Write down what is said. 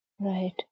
Right